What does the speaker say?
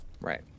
Right